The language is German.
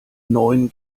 neun